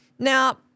Now